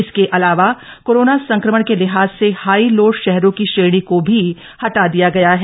इसके अलावा कोरोना संक्रमण के लिहाज से हाई लोड शहरों की श्रेणी को भी हटा दिया गया है